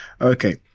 Okay